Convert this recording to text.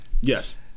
Yes